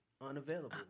Unavailable